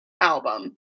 album